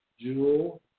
Jewel